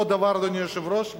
אותו דבר, אדוני היושב-ראש.